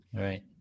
Right